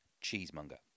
cheesemonger